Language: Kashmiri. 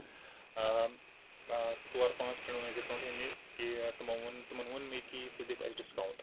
آ ژور پانٛژھ فرینٛڈن ووٚن مےٚ کہِ تِمن ووٚن ژٕ دِکھ اَسہِ ڈِسکاوُنٛٹ